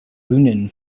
rounin